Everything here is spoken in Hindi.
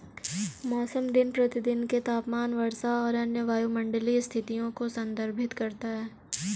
मौसम दिन प्रतिदिन के तापमान, वर्षा और अन्य वायुमंडलीय स्थितियों को संदर्भित करता है